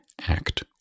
act